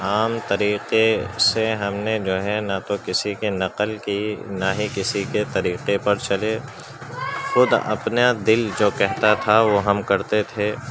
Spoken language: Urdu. عام طریقے سے ہم نے جو ہے نہ تو کسی کی نقل کی نہ ہی کسی کے طریقے پر چلے خود اپنا دل جو کہتا تھا وہ ہم کرتے تھے